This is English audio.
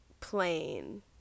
plain